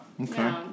okay